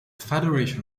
federation